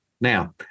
Now